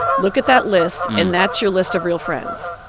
look at that list, and that's your list of real friends.